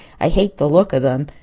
i hate the look of them.